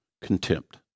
Contempt